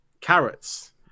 carrots